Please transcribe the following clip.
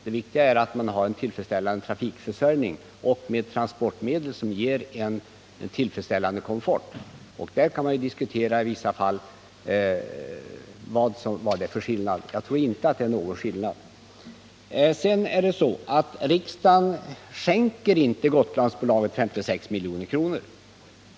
Det viktiga är att man har en bra trafikförsörjning med transportmedel som ger en tillfredsställande komfort. Det är klart att man i vissa fall kan diskutera om det därvidlag blir någon skillnad ifall trafikföretaget är privatägt eller statsägt. Jag tror emellertid inte att det är någon skillnad. Sedan är det inte så att riksdagen skänker Gotlandsbolaget 56 milj.kr.